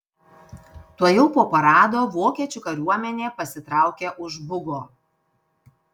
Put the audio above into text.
tuojau po parado vokiečių kariuomenė pasitraukė už bugo